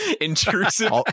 intrusive